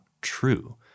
true